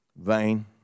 Vain